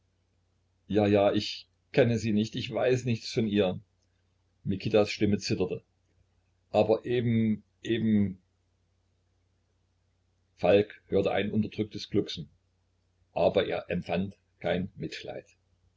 ja ja ich kenne sie nicht ich weiß nichts von ihr mikitas stimme zitterte aber eben eben falk hörte ein unterdrücktes glucksen aber er empfand kein mitleid